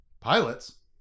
Pilots